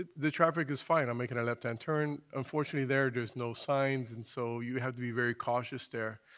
the traffic is fine, i'm making a left-hand turn. unfortunately, there there's no signs, and so you have to be very cautious there.